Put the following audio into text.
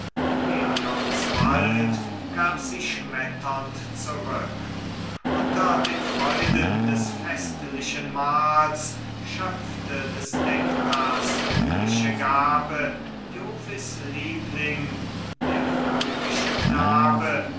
wald gab sie schmetternd zurück unter den freuden des festlichen mahls schöpfte des nektars himmlische gabe jovis liebling der phrygische knabe